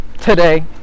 today